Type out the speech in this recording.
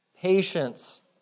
patience